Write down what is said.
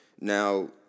Now